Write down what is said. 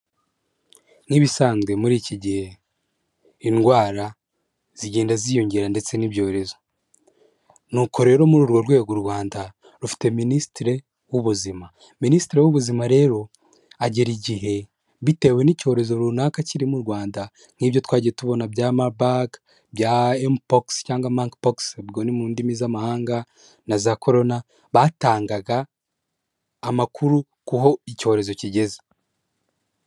Nk'ibisanzwe muri iki gihe, indwara zigenda ziyongera ndetse n'ibyorezo. Ni uko rero muri urwo rwego u Rwanda, rufite ministire w'ubuzima. Minisitiri w'ubuzima rero, agera igihe, bitewe n'icyorezo runaka kiri mu Rwanda, nk'ibyo twagiye tubona bya Maburg, bya M pox, cyangwa Monkey pox, ubwo ni mu ndimi z'amahanga, na za corona, batangaga amakuru ku ho icyorezo kigeze.